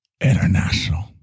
International